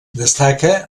destaca